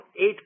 eight